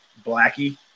blackie